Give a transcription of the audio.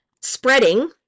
spreading